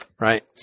right